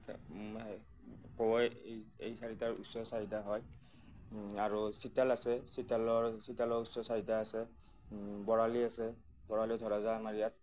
কাৱৈ এই এই চাৰিটাৰ উচ্চ চাহিদা হয় আৰু চিতল আছে চিতলৰ চিতল মাছৰো চাহিদা আছে বৰালি আছে বৰালি ধৰা যায় আমাৰ ইয়াত